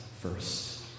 first